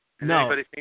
No